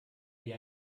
wie